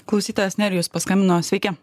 klausytojas nerijus paskambino sveiki